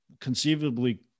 conceivably